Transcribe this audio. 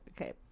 okay